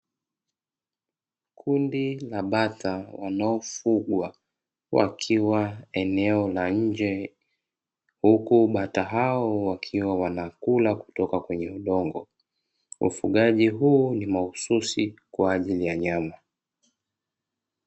Kundi la bata wanaofugwa wakiwa eneo la nje huku bata hao wakiwa wanakula kutoka kwenye udongo, wa ufugaji huu ni mahususi kwa ajili ya nyama.